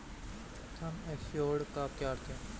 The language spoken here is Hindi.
सम एश्योर्ड का क्या अर्थ है?